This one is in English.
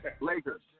Lakers